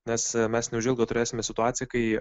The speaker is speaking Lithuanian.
nes mes neužilgo turėsime situaciją kai